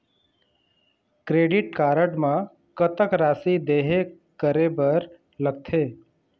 Credit card म कतक राशि देहे करे बर लगथे?